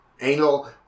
anal